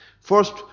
First